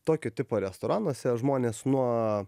tokio tipo restoranuose žmonės nuo